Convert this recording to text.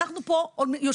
אנחנו פה יושבים.